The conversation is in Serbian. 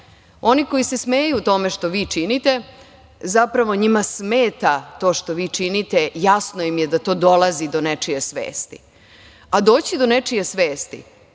koji se smeju tome što vi činite, zapravo njima smeta to što vi činite, jasno im je da to dolazi do nečije svesti. A, doći do nečije svesti,